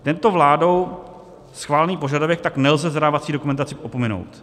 Tento vládou schválený požadavek tak nelze v zadávací dokumentace opominout.